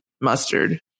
mustard